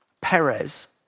Perez